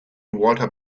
walter